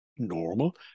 normal